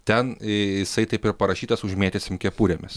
ten jisai taip ir parašytas užmėtysim kepurėmis